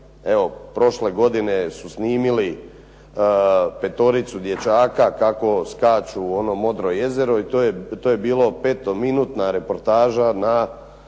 evo prošle godine su snimili 5 dječaka kako skaču u ono "Modro jezero" i to je bilo 5-minutna reportaža u